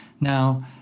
Now